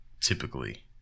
typically